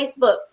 Facebook